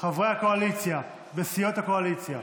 חברי הקואליציה בסיעות הקואליציה,